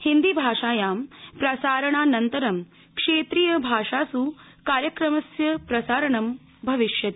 हिन्दी भाषायां प्रसारणानन्तर क्षेत्रीय भाषासु कार्यक्रमस्य प्रसारण भविष्यति